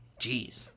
Jeez